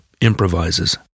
improvises